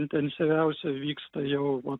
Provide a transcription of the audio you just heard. intensyviausia vyksta jau